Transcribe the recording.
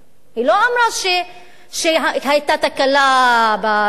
היא לא אמרה שהיתה תקלה במצלמה.